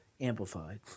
amplified